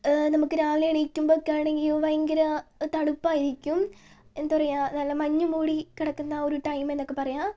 നമുക്ക് രാവിലെ എണീക്കുമ്പോൾ ഒക്കെ ആണെങ്കിൽ അയ്യോ ഭയങ്കര തണുപ്പായിരിക്കും എന്തു പറയുക നല്ല മഞ്ഞു മൂടി കിടക്കുന്ന ഒരു ടൈം എന്നൊക്കെ പറയാം